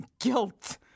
Guilt